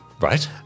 right